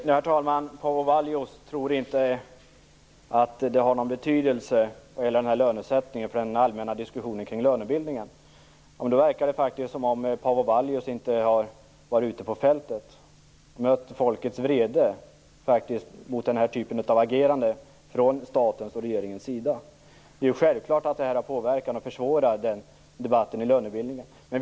Herr talman! Paavo Vallius tror inte att den här lönesättningen har någon betydelse för den allmänna diskussionen kring lönebildningen. Då verkar det faktiskt som om Paavo Vallius inte har varit ute på fältet och mött folkets vrede mot den här typen av agerande från statens och regeringens sida. Det är självklart att det här har påverkat och försvårat debatten kring lönebildningen.